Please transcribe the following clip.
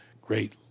great